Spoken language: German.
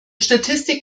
statistik